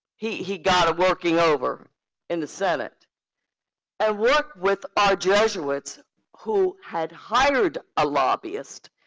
he he got a working over in the senate and work with our jesuits who had hired a lobbyist.